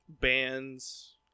Bands